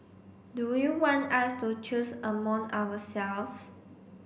do you want us to choose among ourselves